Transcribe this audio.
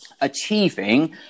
achieving